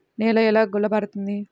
నేల ఎలా గుల్లబారుతుంది?